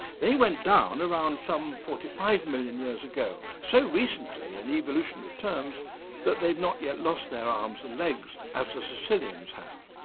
they went down around some forty five million years ago, so recently in evolutionary terms that they've not yet lost their arms and legs as the so caecilians have.